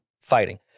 fighting